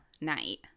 night